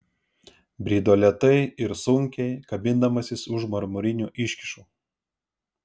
brido lėtai ir sunkiai kabindamasis už marmurinių iškyšų